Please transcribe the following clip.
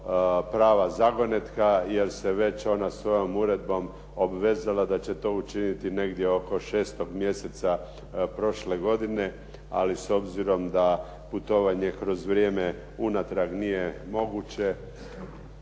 prva zagonetka, jer se već ona svojom uredbom obvezala da će to učiniti negdje oko 6. mjeseca prošle godine, ali s obzirom da putovanje kroz vrijeme nije moguće,